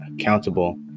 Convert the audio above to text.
accountable